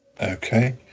Okay